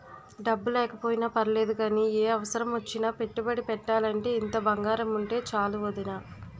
డబ్బు లేకపోయినా పర్లేదు గానీ, ఏ అవసరమొచ్చినా పెట్టుబడి పెట్టాలంటే ఇంత బంగారముంటే చాలు వొదినా